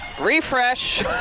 Refresh